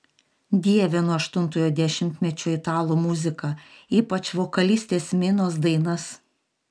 dievinu aštuntojo dešimtmečio italų muziką ypač vokalistės minos dainas